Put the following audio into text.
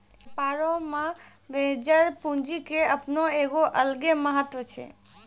व्यापारो मे वेंचर पूंजी के अपनो एगो अलगे महत्त्व छै